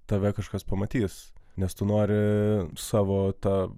tave kažkas pamatys nes tu nori savo tą